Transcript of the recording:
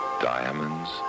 diamonds